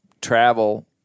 travel